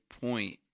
point